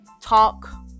talk